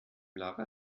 lara